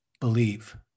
believe